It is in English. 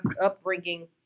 upbringing